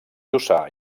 jussà